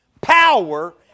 power